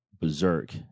berserk